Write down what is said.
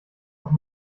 auch